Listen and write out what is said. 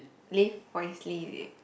live wisely is it